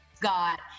got